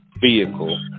vehicle